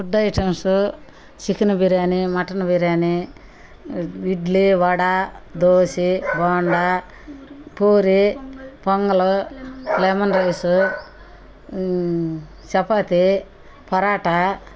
food items chicken biryani mutton biryani idli vada dosa bonda puri pongal lemon rice chapati parotta